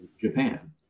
Japan